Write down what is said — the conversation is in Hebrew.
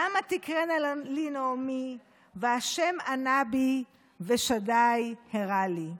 למה תקראנה לי נעמי וה' ענה בי ושדי הרע לי".